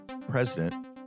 President